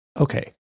okay